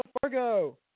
Fargo